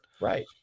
right